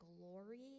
glory